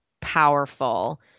powerful